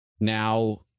now